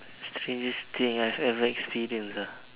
strangest thing I have ever experience ah